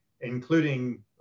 including